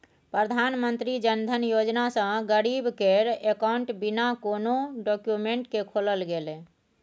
प्रधानमंत्री जनधन योजना सँ गरीब केर अकाउंट बिना कोनो डाक्यूमेंट केँ खोलल गेलै